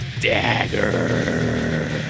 Dagger